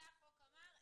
זה החוק אמר,